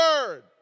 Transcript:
word